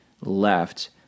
left